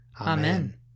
Amen